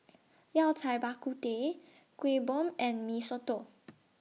Yao Cai Bak Kut Teh Kuih Bom and Mee Soto